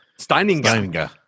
Steininger